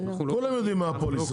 כולם יודעים מה הפוליסה.